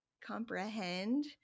comprehend